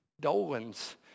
Dolan's